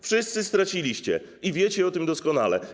Wszyscy straciliście i wiecie o tym doskonale.